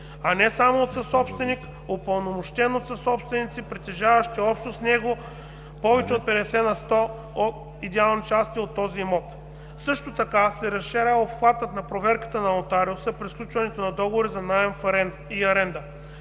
а не само от съсобственик, упълномощен от съсобственици, притежаващи общо с него повече от 50 на сто идеални части от този имот. Също така се разширява обхватът на проверката на нотариуса при сключването на договори за наем и аренда